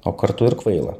o kartu ir kvaila